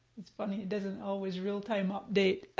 it's funny, it doesn't always real-time update.